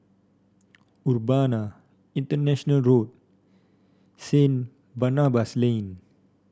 Urbana International Road Saint Barnabas Lane